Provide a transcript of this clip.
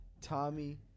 Tommy